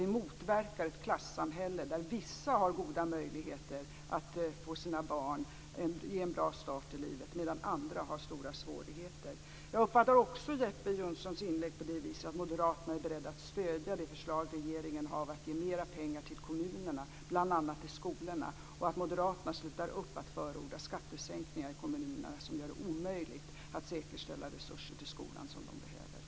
Vi motverkar ett klassamhälle där vissa har goda möjligheter att ge sina barn en bra start i livet, medan andra har stora svårigheter. Jag uppfattar också Jeppe Johnssons inlägg på det viset att moderaterna är beredda att stödja det förslag regeringen har om att ge mera pengar till kommunerna, bl.a. till skolorna, och att moderaterna slutar upp med att förorda skattesänkningar i kommunerna, som gör det omöjligt att säkerställa resurser till skolan, som den behöver.